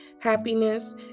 happiness